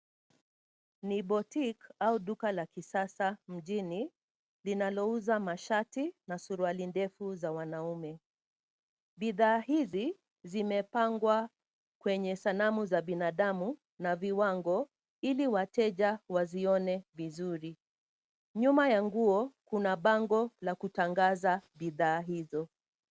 Ni boutique au duka la kisasa mjini, linalouza mashati na suruali ndefu za wanaume. Bidhaa hizi zimepangwa kwenye sanamu za binadamu na viwango, ili wateja wazione vizuri. Nyuma ya nguo, kuna bango la kutangaza bidhaa hizo.